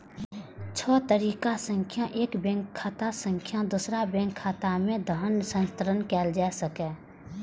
छह तरीका सं एक बैंक खाता सं दोसर बैंक खाता मे धन हस्तांतरण कैल जा सकैए